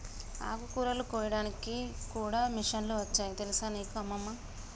ఆకుకూరలు కోయడానికి కూడా మిషన్లు వచ్చాయి తెలుసా నీకు అమ్మమ్మ